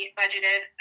budgeted